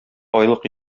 айлык